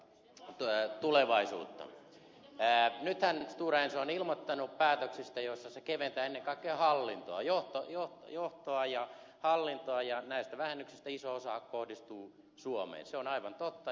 nythän stora enso on ilmoittanut päätöksistä joilla se keventää ennen kaikkea hallintoa johtoa ja hallintoa ja näistä vähennyksistä iso osa kohdistuu suomeen se on aivan totta